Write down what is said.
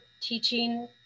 teaching